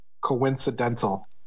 coincidental